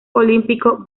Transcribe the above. olímpico